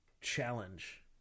challenge